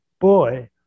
boy